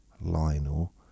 Lionel